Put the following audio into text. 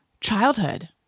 childhood